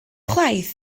chwaith